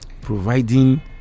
providing